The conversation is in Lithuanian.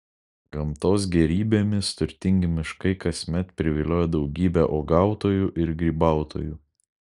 gamtos gėrybėmis turtingi miškai kasmet privilioja daugybę uogautojų ir grybautojų